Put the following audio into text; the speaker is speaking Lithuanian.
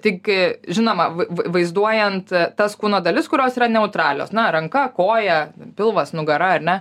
tik žinoma vaizduojant tas kūno dalis kurios yra neutralios na ranka koja pilvas nugara ar ne